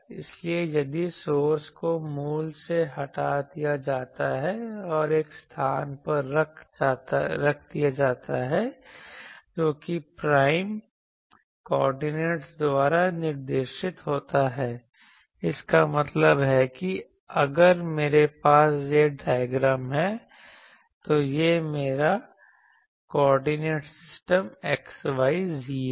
इसलिए यदि सोर्स को मूल से हटा दिया जाता है और एक स्थान पर रखा जाता है जोकि प्राइम कोऑर्डिनेटस द्वारा निर्देशित होता है इसका मतलब है कि अगर मेरे पास यह डायग्राम है तो यह मेरा कोऑर्डिनेट सिस्टम xyz है